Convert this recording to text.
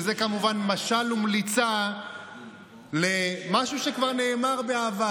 שזה כמובן משל ומליצה למשהו שכבר נאמר בעבר?